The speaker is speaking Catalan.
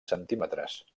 centímetres